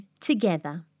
together